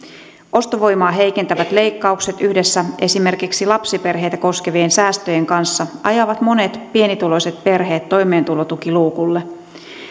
ostovoimaa heikentävät leikkaukset yhdessä esimerkiksi lapsiperheitä koskevien säästöjen kanssa ajavat monet pienituloiset perheet toimeentulotukiluukulle